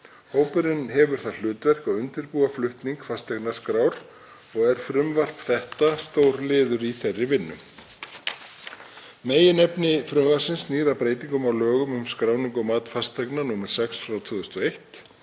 Hópurinn hefur það hlutverk að undirbúa flutning fasteignaskrár og er frumvarp þetta stór liður í þeirri vinnu. Meginefni frumvarpsins snýr að breytingum á lögum um skráningu og mat fasteigna, nr. 6/2001,